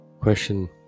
question